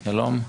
שלום.